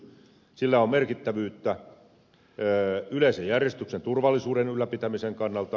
sillä on merkittävyyttä yleisen järjestyksen turvallisuuden ylläpitämisen kannalta